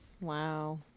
Wow